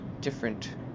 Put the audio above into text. different